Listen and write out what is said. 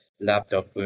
laptop